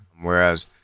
Whereas